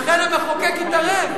לכן המחוקק התערב.